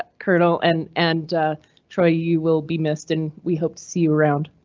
colonel, and and troy, you will be missed and we hope to see you around.